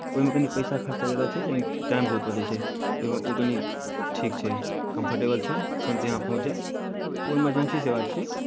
ओहिमे कनि पैसा खर्चा जादा छै लेकिन टाइम बहुत बचैत छै तऽ ओहिमे ओ कनि ठीक छै कम्फर्टेबल छै तुरन्ते अहाँ पहुँचि जायब ओ इमरजेंसी सेवा छियै